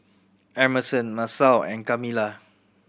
Emerson Masao and Kamilah